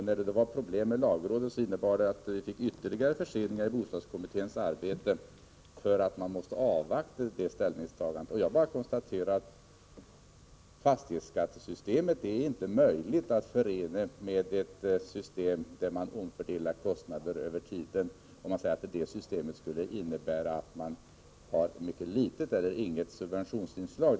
När det uppstod problem i samband med lagrådsbehandlingen innebar det ytterligare förseningar i bostadskommitténs arbete, eftersom man måste avvakta lagrådets ställningstagande. Jag vill bara konstatera att fastighetsskatten inte är möjlig att förena med ett system där man omfördelar kostnader över tiden, om detta system skulle innebära ett mycket litet eller inget subventionsinslag.